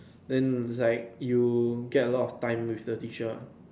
then it like you get a lot of time with the teacher